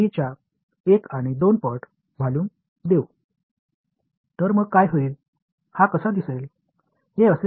B இன் அடிப்படை செயல்பாட்டை y இன் செயல்பாடாக தேர்வு செய்ய வேண்டாம்